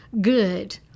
good